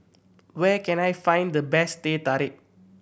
where can I find the best Teh Tarik